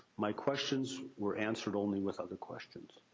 my questions were answered only with other questions.